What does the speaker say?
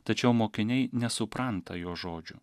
tačiau mokiniai nesupranta jo žodžių